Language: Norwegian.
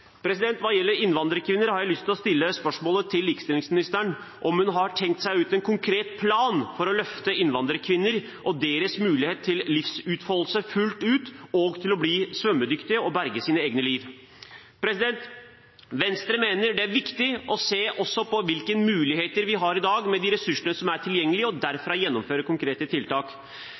Hva gjelder innvandrerkvinner, har jeg lyst til å stille spørsmål til likestillingsministeren om hun har tenkt ut en konkret plan for å løfte innvandrerkvinner og deres mulighet til livsutfoldelse fullt ut, slik at de kan bli svømmedyktige og berge sitt eget liv. Venstre mener det er viktig å se på hvilke muligheter vi har i dag, med de ressursene som er tilgjengelige, og derfra gjennomføre konkrete tiltak.